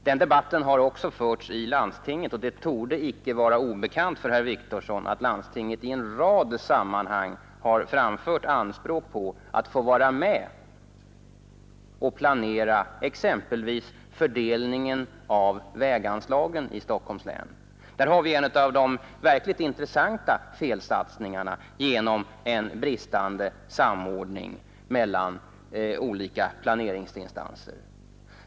Den debatten har också förts i landstinget, och det torde icke vara obekant för herr Wictorsson att landstinget i en rad sammanhang har ställt anspråk på att få vara med och planera exempelvis fördelningen av väganslagen i Stockholms län. Där har vi en av de verkligt intressanta felsatsningarna på grund av en bristande samordning mellan olika planeringsinstanser.